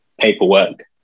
paperwork